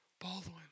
Baldwin